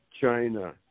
China